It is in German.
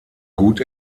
gut